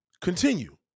Continue